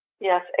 yes